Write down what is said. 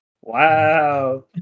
Wow